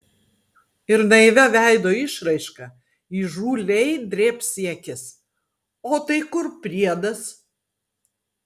ir naivia veido išraiška įžūliai drėbs į akis o tai kur priedas